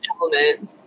element